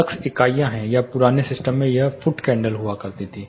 lux इकाइयाँ हैं या पुराने सिस्टम में यह फुट कैंडल हुआ करती थी